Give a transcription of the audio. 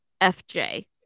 FJ